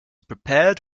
prepared